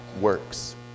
works